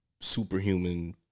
superhuman